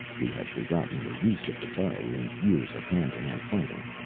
we have forgotten the use of the bow, in years of hand-to-hand fighting,